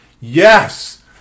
yes